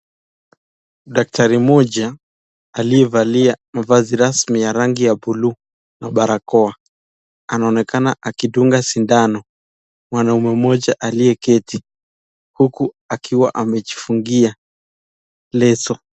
Daktari mmoja aliyevalia mavazi rasmi ya rangi ya blue na barakoa. Anaonekana akidunga sindano mwanaume mmoja aliyeketi huku akiwa amejifungia leso.